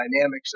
dynamics